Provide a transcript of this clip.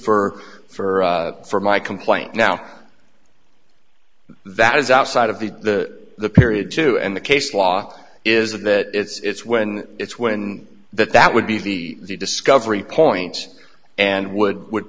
for for for my complaint now that is outside of the the the period two and the case law is that it's when it's when that that would be the discovery point and would would